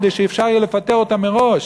כדי שאפשר יהיה לפטר אותן מראש.